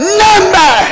number